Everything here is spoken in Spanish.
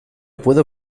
puedo